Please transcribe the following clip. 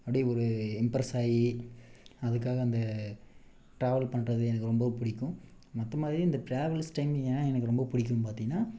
அப்படியே ஒரு இம்ப்ரெஸ் ஆகி அதுக்காக அந்த ட்ராவல் பண்ணுறது எனக்கு ரொம்ப பிடிக்கும் மொத்தமாகவே இந்த ட்ராவல்ஸ் டைமிங் ஏன் எனக்கு ரொம்ப பிடிக்குன்னு பார்த்திங்கனா